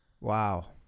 Wow